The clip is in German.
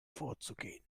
vorzugehen